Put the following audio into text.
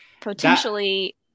potentially